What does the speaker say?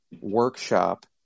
workshop